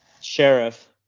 Sheriff